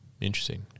Interesting